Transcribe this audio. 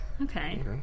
Okay